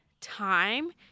time